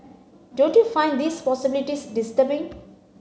don't you find these possibilities disturbing